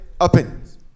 opinions